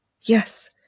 Yes